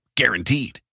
Guaranteed